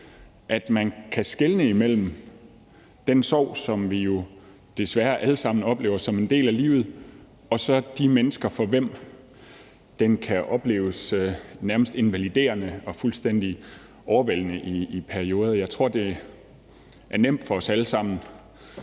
at man kan skelne imellem den sorg, som vi jo desværre alle sammen oplever som en del af livet, og så de mennesker, for hvem den kan opleves nærmest invaliderende og fuldstændig overvældende i perioder. Jeg tror, det er nemt for os alle sammen